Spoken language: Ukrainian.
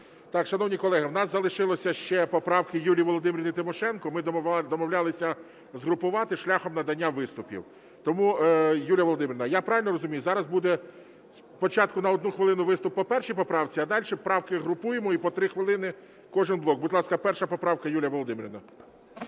Шановні колеги, у нас залишилися ще поправки Юлії Володимирівни Тимошенко, ми домовлялися згрупувати шляхом надання виступів. Тому, Юлія Володимирівна, я правильно розумію, зараз буде спочатку на 1 хвилину виступ по першій поправці, а далі правки групуємо і по 3 хвилини кожен блок. Будь ласка, перша поправка, Юлія Володимирівна.